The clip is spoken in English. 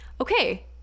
okay